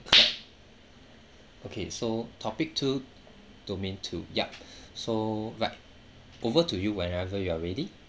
clap okay so topic two domain two yup so right over to you whenever you are ready